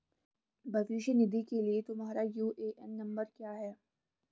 भविष्य निधि के लिए तुम्हारा यू.ए.एन नंबर क्या है?